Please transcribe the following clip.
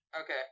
Okay